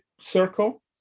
circle